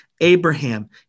Abraham